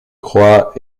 croix